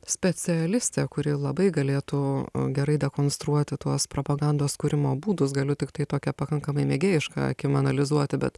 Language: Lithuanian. specialistė kuri labai galėtų gerai dekonstruoti tuos propagandos kūrimo būdus galiu tiktai tokią pakankamai mėgėjiška akim analizuoti bet